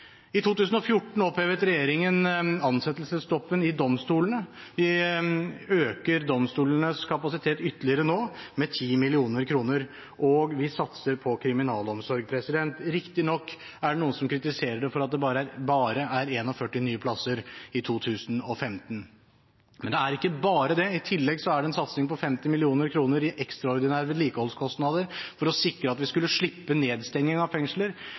I 2014 opphevet regjeringen ansettelsesstoppen i domstolene. Vi øker nå domstolenes kapasitet ytterligere med 10 mill. kr, og vi satser på kriminalomsorg. Riktignok er det noen som kritiserer at det «bare» er 41 nye plasser i 2015. Men det er ikke bare det. I tillegg er det en satsing på 50 mill. kr i ekstraordinære vedlikeholdskostnader for å sikre at vi skulle slippe nedstenging av fengsler.